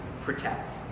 protect